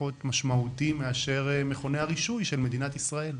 פחות משמעותי מאשר מכוני הרישוי של מדינת ישראל.